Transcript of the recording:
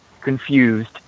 confused